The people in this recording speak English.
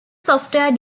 software